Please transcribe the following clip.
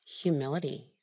Humility